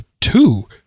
two